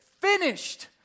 finished